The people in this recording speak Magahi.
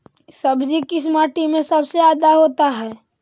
सब्जी किस माटी में सबसे ज्यादा होता है?